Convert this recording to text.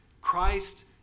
Christ